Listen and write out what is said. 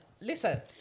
listen